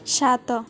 ସାତ